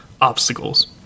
obstacles